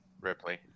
Ripley